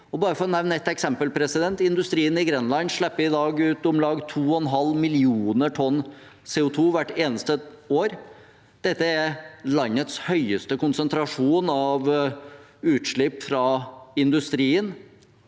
For å nevne ett eksempel: Industrien i Grenland slipper i dag ut om lag 2,5 millioner tonn CO2 hvert eneste år. Dette er landets høyeste konsentrasjon av utslipp fra industrien,